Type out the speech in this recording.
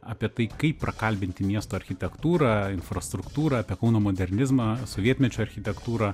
apie tai kaip prakalbinti miesto architektūrą infrastruktūrą apie kauno modernizmą sovietmečio architektūrą